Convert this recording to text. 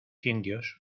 indios